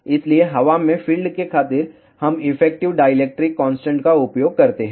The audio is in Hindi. इसलिए हवा में फील्ड के खातिर हम इफेक्टिव डायइलेक्ट्रिक कांस्टेंट का उपयोग करते हैं